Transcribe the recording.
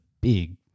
big